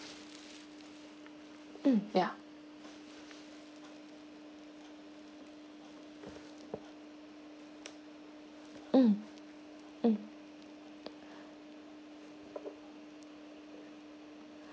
um yeah mm mm